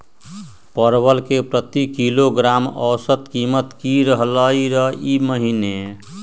परवल के प्रति किलोग्राम औसत कीमत की रहलई र ई महीने?